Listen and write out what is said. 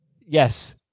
Yes